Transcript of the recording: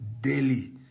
daily